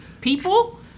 People